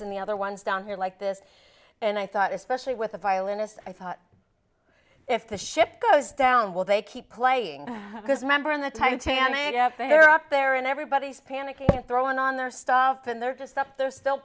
and the other one's down here like this and i thought especially with a violinist i thought if the ship goes down will they keep playing this member of the titanic fair up there and everybody's panicking and throwing on their stuff and they're just up there still